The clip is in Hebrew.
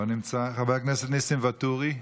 לא נמצא, חבר הכנסת ניסים ואטורי,